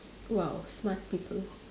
!wow! smart people